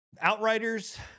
Outriders